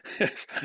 Yes